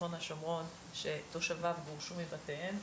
בצפון השומרון שתושביו גורשו מבתיהם,